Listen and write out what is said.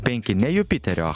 penki ne jupiterio